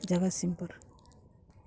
Jagatsinghpur